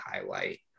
highlight